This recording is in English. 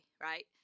right